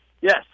yes